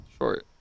Short